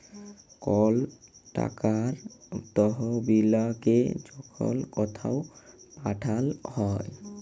call টাকার তহবিলকে যখল কথাও পাঠাল হ্যয়